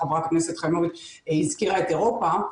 חברת הכנסת חיימוביץ' הזכירה את אירופה.